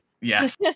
yes